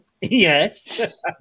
Yes